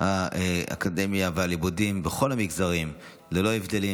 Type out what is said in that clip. האקדמיה והלימודים בכל המגזרים ללא הבדלים.